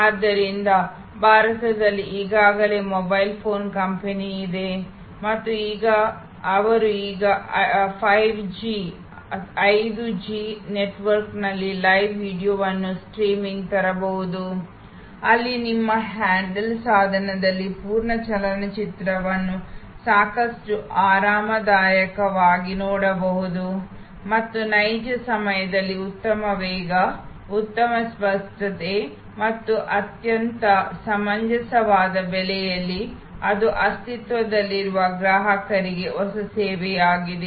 ಆದ್ದರಿಂದ ಭಾರತದಲ್ಲಿ ಈಗಾಗಲೇ ಮೊಬೈಲ್ ಫೋನ್ ಕಂಪನಿಯಿದೆ ಮತ್ತು ಅವರು ಈಗ 5 ಜಿ ನೆಟ್ವರ್ಕ್ನಲ್ಲಿ ಲೈವ್ ವೀಡಿಯೊಗಳನ್ನು ಸ್ಟ್ರೀಮಿಂಗ್ ತರಬಹುದು ಅಲ್ಲಿ ನಿಮ್ಮ ಹ್ಯಾಂಡಲ್ ಸಾಧನದಲ್ಲಿ ಪೂರ್ಣ ಚಲನಚಿತ್ರವನ್ನು ಸಾಕಷ್ಟು ಆರಾಮದಾಯಕವಾಗಿ ನೋಡಬಹುದು ಮತ್ತು ನೈಜ ಸಮಯದಲ್ಲಿ ಉತ್ತಮ ವೇಗ ಉತ್ತಮ ಸ್ಪಷ್ಟತೆ ಮತ್ತು ಅತ್ಯಂತ ಸಮಂಜಸವಾದ ಬೆಲೆಯಲ್ಲಿ ಅದು ಅಸ್ತಿತ್ವದಲ್ಲಿರುವ ಗ್ರಾಹಕರಿಗೆ ಹೊಸ ಸೇವೆಯಾಗಿದೆ